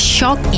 Shock